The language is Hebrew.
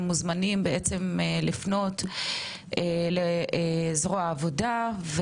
הם מוזמנים בעצם לפנות לזרוע העבודה,